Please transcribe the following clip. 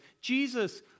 Jesus